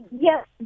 yes